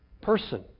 Person